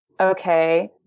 okay